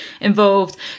involved